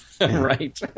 Right